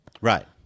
Right